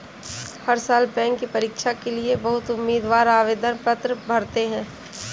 हर साल बैंक की परीक्षा के लिए बहुत उम्मीदवार आवेदन पत्र भरते हैं